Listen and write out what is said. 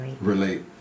relate